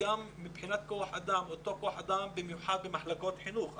גם מבחינת כוח אדם במיוחד במחלקות החינוך.